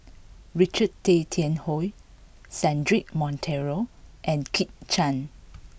Richard Tay Tian Hoe Cedric Monteiro and Kit Chan